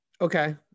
Okay